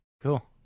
Cool